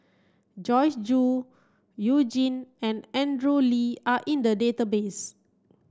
Joyce Jue You Jin and Andrew Lee are in the database